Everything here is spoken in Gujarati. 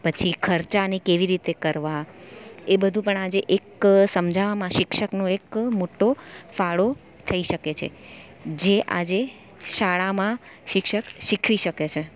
પછી ખર્ચાને કેવી રીતે કરવા એ બધું પણ આજે એક સમજાવામાં શિક્ષકનો એક મોટો ફાળો થઈ શકે છે જે આજે શાળામાં શિક્ષક શીખવી શકે છે